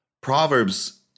Proverbs